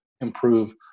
improve